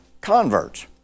converts